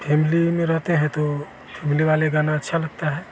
family में रहते हैं तो फेमिली वाले गाना अच्छा लगता है